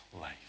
life